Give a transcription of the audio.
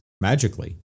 magically